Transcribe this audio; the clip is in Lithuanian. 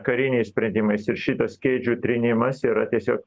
kariniais sprendimais ir šitas kėdžių trynimas yra tiesiog